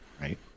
Right